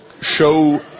show